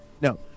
No